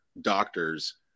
doctors